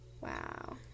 Wow